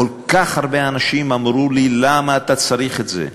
כל כך הרבה אנשים אמרו לי: למה אתה צריך את זה,